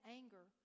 anger